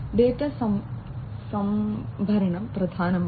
data സംഭരണം പ്രധാനമാണ്